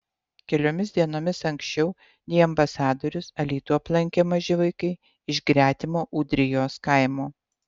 keliomis dienomis anksčiau nei ambasadorius alytų aplankė maži vaikai iš gretimo ūdrijos kaimo